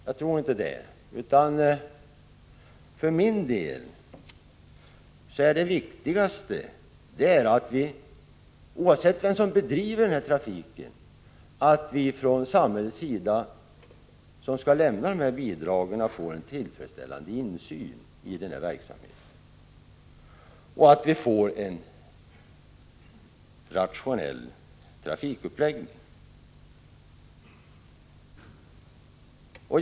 Jag tror inte det, utan för min del är det viktigaste att vi som företräder samhället, vilket skall lämna bidragen, får en tillfredsställande insyn i verksamheten, oavsett vem som bedriver trafiken, och att vi får till stånd en rationell trafikuppläggning.